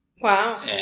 Wow